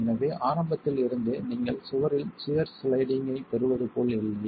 எனவே ஆரம்பத்தில் இருந்தே நீங்கள் சுவரில் சியர் சிளைடிங் ஐப் பெறுவது போல் இல்லை